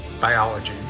biology